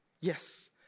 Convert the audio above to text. yes